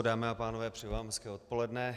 Dámy a pánové, přeji vám hezké odpoledne.